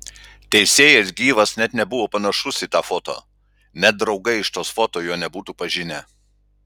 teisėjas gyvas net nebuvo panašus į tą foto net draugai iš tos foto jo nebūtų pažinę